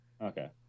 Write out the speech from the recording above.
Okay